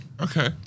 Okay